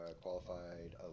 qualified